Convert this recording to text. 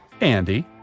Andy